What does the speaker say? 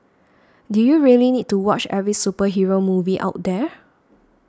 do you really need to watch every superhero movie out there